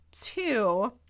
two